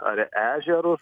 ar ežerus